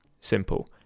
Simple